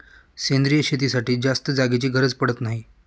सेंद्रिय शेतीसाठी जास्त जागेची गरज पडत नाही